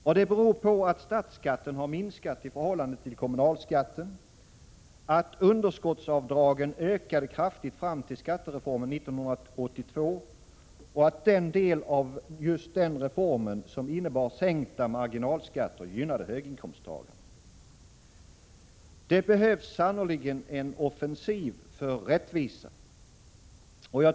Detta beror på att statsskatten har minskat i förhållande till kommunalskatten, att underskottsavdragen ökade kraftigt fram till skattereformen 1982 och att den del av denna reform som innebar sänkta marginalskatter gynnade höginkomsttagarna. Det behövs sannerligen en offensiv för rättvisa.